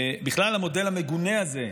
בכלל, המודל המגונה הזה,